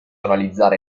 analizzare